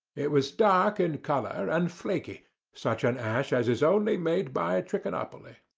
it was dark in colour and flakey such an ash as is only made by a trichinopoly.